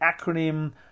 acronym